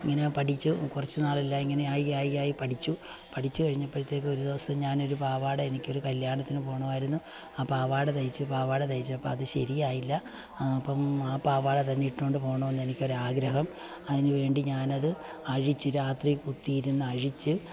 ഇങ്ങനെ പഠിച്ചു കുറച്ചു നാൾ ഇങ്ങനെ ആയി ആയി പഠിച്ചു പഠിച്ച് കഴിഞ്ഞപ്പോഴത്തേക്ക് ഒരു ദിവസം ഞാൻ ഒരു പാവാട എനിക്ക് ഒരു കല്യാണത്തിന് പോകണവായിരുന്നു ആ പാവാട തയ്ച്ചു പാവാട തയ്ച്ചപ്പം അത് ശരിയായില്ല അപ്പം ആ പാവാട തന്നെ ഇട്ടു കൊണ്ട് പോകണമെന്ന് എനിക്ക് ഒരു ആഗ്രഹം അതിനു വേണ്ടി ഞാൻ അത് അഴിച്ചു രാത്രി കുത്തി ഇരുന്ന് അഴിച്ചു